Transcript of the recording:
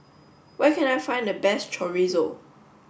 where can I find the best Chorizo